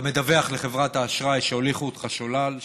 אתה מדווח לחברת האשראי שהוליכו אותך שולל,